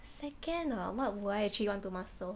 second ah what would I actually want to master